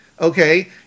Okay